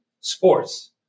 sports